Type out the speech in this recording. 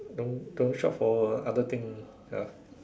don't don't shop for other thing ya